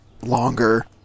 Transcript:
longer